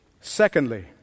Secondly